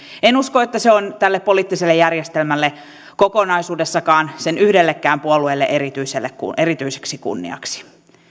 en usko että se on tälle poliittiselle järjestelmälle kokonaisuudessaankaan sen yhdellekään puolueelle erityiseksi kunniaksi